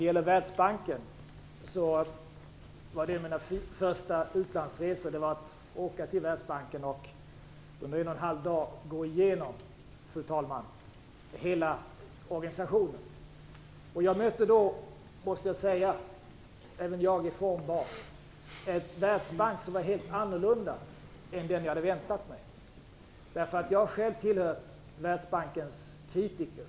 Fru talman! En av mina första utlandsresor var att åka till Världsbanken och under en och en halv dag gå igenom hela organisationen. Jag måste säga att jag då mötte - även jag är formbar - en Världsbank som var helt annorlunda än vad jag hade väntat mig. Jag har själv tillhört Världsbankens kritiker.